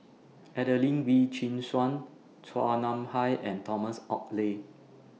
Adelene Wee Chin Suan Chua Nam Hai and Thomas Oxley